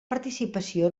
participació